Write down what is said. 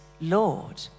Lord